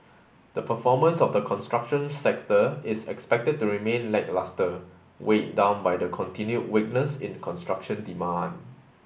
the performance of the construction sector is expected to remain lacklustre weighed down by the continued weakness in construction demand